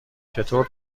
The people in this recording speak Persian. چطور